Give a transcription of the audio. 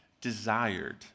desired